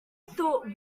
thought